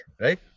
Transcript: right